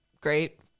Great